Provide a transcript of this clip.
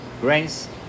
grains